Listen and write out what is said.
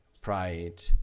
pride